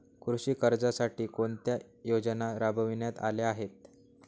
कृषी कर्जासाठी कोणत्या योजना राबविण्यात आल्या आहेत?